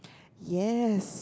yes